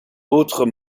autre